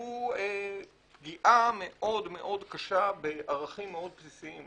הוא פגיעה מאוד מאוד קשה בערכים מאוד בסיסיים,